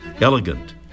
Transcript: elegant